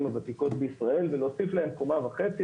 הוותיקות בישראל ולהוסיף להם קומה וחצי.